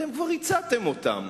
אתם כבר הצעתם אותם.